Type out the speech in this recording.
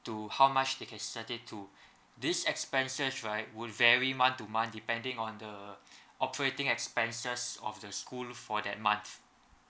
to how much they can set it to these expenses right would vary month to month depending on the operating expense of the school for that month